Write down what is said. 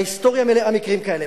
ההיסטוריה מלאה מקרים כאלה,